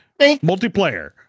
multiplayer